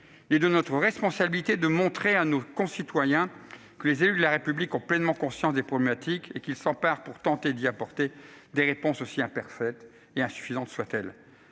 Il est de notre responsabilité de montrer à nos concitoyens que les élus de la République ont pleinement conscience de ces problématiques et qu'ils s'en emparent pour tenter d'y apporter des réponses, aussi imparfaites et insuffisantes soient-elles